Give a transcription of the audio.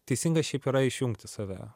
teisinga šiaip yra išjungti save